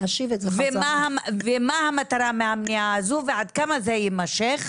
מה המטרה של המניעה הזו וכמה זה יימשך?